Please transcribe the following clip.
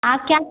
आप क्या